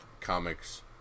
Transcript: Comics